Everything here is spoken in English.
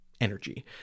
energy